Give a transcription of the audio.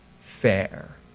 fair